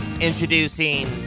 introducing